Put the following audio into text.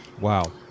wow